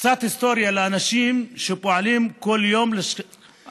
קצת היסטוריה לאנשים שפועלים כל יום לשכתב ולעוות את ההיסטוריה,